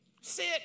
Sit